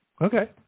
Okay